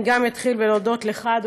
גם אני אתחיל בלהודות לך,